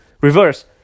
Reverse